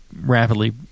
rapidly